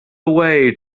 away